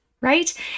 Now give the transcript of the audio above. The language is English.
right